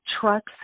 trucks